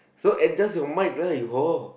so adjust your mic lah you whore